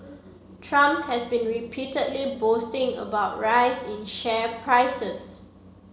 Trump has been repeatedly boasting about rise in share prices